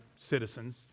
citizens